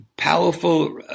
Powerful